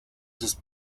sus